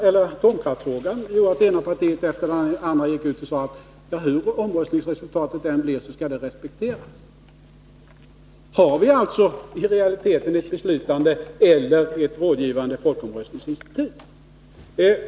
Jo, att det ena partiet efter det andra gjorde uttalanden innebärande att hur folkomröstningsresultatet än blev, så skulle det respekteras. Har vi alltså i realiteten ett beslutande eller ett rådgivande folkomröstningsinstitut?